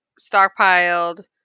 stockpiled